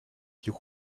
you